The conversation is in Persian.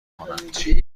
کنند